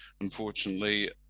unfortunately